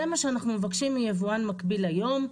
זה מה שאנחנו מבקשים מיבואן מקביל היום,